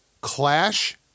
Clash